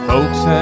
Folks